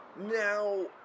Now